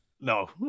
No